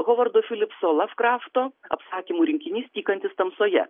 hovardo filipso laf krafto apsakymų rinkinys tykantis tamsoje